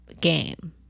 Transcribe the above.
game